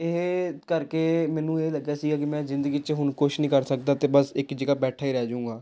ਇਹ ਕਰਕੇ ਮੈਨੂੰ ਇਹ ਲੱਗਿਆ ਸੀਗਾ ਕਿ ਮੈਂ ਜ਼ਿੰਦਗੀ 'ਚ ਹੁਣ ਕੁਛ ਨਹੀਂ ਕਰ ਸਕਦਾ ਅਤੇ ਬਸ ਇੱਕ ਜਗ੍ਹਾ ਬੈਠਾ ਰਹਿ ਜੂੰਗਾ